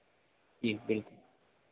जी बिलकुल